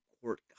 court